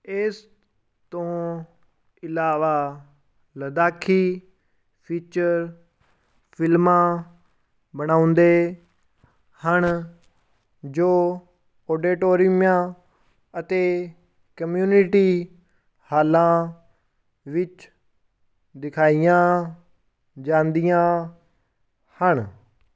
ਇਸ ਤੋਂ ਇਲਾਵਾ ਲੱਦਾਖੀ ਫੀਚਰ ਫ਼ਿਲਮਾਂ ਬਣਾਉਂਦੇ ਹਨ ਜੋ ਆਡੀਟੋਰੀਅਮਾਂ ਅਤੇ ਕਮਿਊਨਿਟੀ ਹਾਲਾਂ ਵਿੱਚ ਦਿਖਾਈਆਂ ਜਾਂਦੀਆਂ ਹਨ